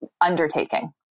undertaking